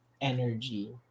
energy